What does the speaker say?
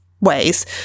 ways